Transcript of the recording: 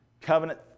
Covenant